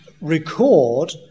record